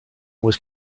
was